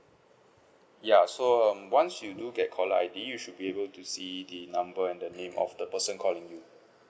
ya so um once you do get caller I_D you should be able to see the number and the name of the person calling you